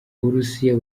uburusiya